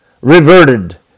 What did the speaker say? reverted